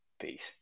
Peace